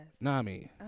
Nami